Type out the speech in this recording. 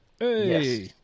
Yes